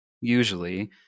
usually